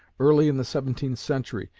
early in the seventeenth century,